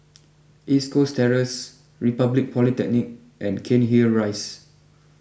East Coast Terrace Republic Polytechnic and Cairnhill Rise